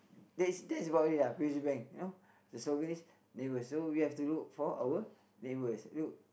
that is that's about it lah P_O_S_B you know the slogan is neighbours so we have to look for our neighbours look